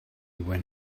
when